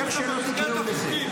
איך שלא תקראו לזה.